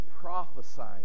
prophesying